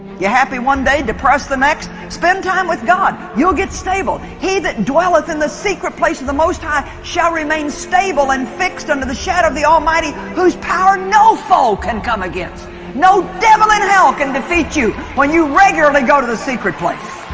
you happy one day depressed the next spend time with god you'll get stable he that dwelleth in the secret place of the most high shall remain stable and fixed under the shed of the almighty whose power no foe can come against no devil in hell can defeat you when you regularly go to the secret place